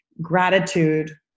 Gratitude